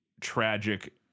tragic